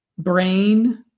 Brain